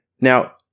Now